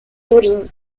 turín